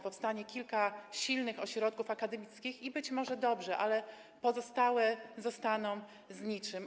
Powstanie kilka silnych ośrodków akademickich i być może dobrze, ale pozostałe zostaną z niczym.